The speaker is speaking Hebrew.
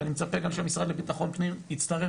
ואני מצפה גם שהמשרד לבטחון פנים יצטרף